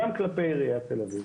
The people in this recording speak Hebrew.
גם כלפי עיריית תל אביב.